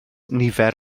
nifer